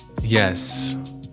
Yes